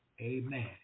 Amen